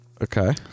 Okay